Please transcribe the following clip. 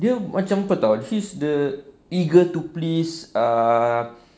dia macam apa [tau] he's the eager to please ah